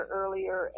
earlier